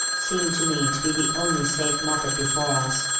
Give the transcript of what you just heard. seemed to me to be the only safe method before us.